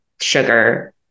sugar